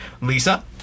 Lisa